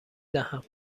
دهم